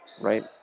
right